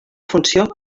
funció